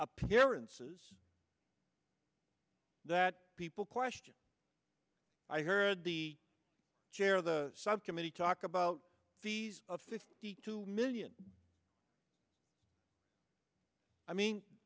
appearances that people question i heard the chair of the subcommittee talk about fees of fifty two million i mean